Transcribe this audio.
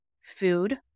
Food